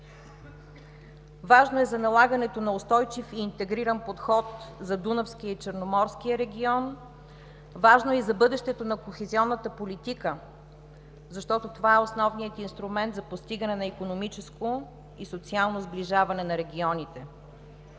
Важно е за налагането на устойчив и интегриран подход за Дунавския и Черноморския регион. Важно е и за бъдещето на кохезионната политика, защото това е основният инструмент за постигане на икономическо и социално сближаване на регионите.